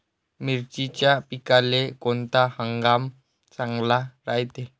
मिर्चीच्या पिकाले कोनता हंगाम चांगला रायते?